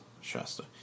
Shasta